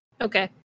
Okay